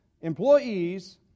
employee's